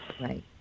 Right